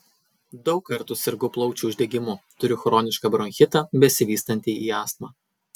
daug kartų sirgau plaučių uždegimu turiu chronišką bronchitą besivystantį į astmą